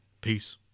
Peace